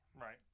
Right